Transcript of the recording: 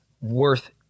worth